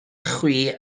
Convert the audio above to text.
chwi